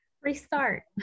restart